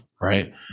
right